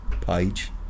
page